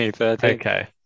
Okay